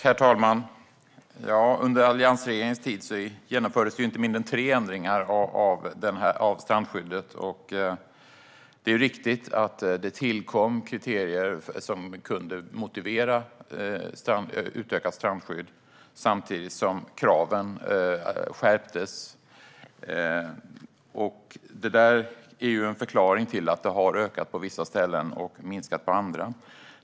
Herr talman! Under alliansregeringens tid genomfördes inte mindre än tre ändringar av strandskyddet. Det är riktigt att det tillkom kriterier som kunde motivera ett utökat strandskydd, samtidigt som kraven skärptes. Detta är en förklaring till att det har ökat på vissa ställen och minskat på andra.